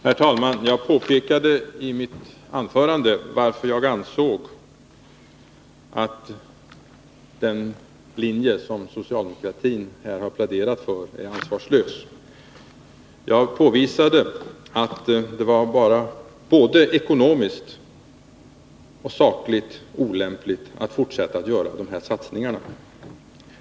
Herr talman! Jag påpekade i mitt anförande varför jag ansåg att den linje som socialdemokratin pläderat för är ansvarslös. Jag påvisade att det var både ekonomiskt och sakligt olämpligt att fortsätta att göra dessa satsningar.